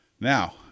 Now